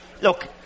look